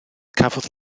cafodd